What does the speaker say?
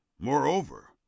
Moreover